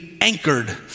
anchored